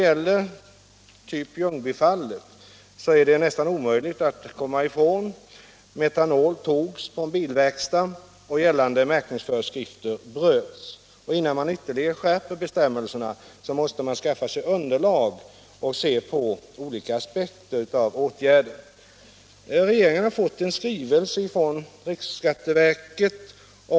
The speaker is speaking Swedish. Men innan man ytterligare skärper bestämmelserna måste man skaffa underlag och se på olika aspekter av de åtgärder som man önskar vidta.